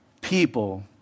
people